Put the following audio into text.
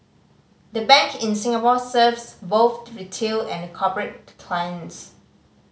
the bank in Singapore serves both retail and corporate clients